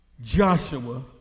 Joshua